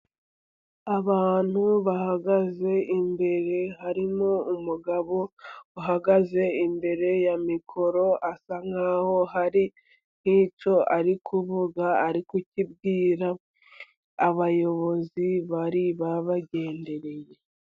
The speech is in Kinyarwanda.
Abantu bahagaze imbere, harimo umugabo uhagaze imbere ya mikoro, asa nk'aho hari nk'icyo ari kuvuga ari kukibwira abayobozi bari babagendereye.